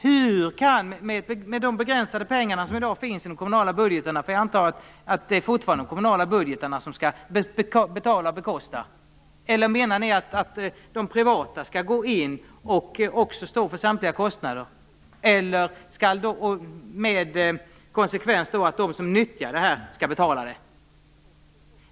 Hur kan man föreslå detta, med den begränsade mängd pengar som i dag finns i de kommunala budgeterna, för jag antar att det fortfarande är över de kommunala budgetarna som man skall betala och bekosta. Eller menar ni att de privata skall gå in och också stå för samtliga kostnader, med konsekvensen att de som utnyttjar det här skall betala det?